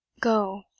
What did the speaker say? go